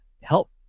help